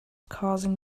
causing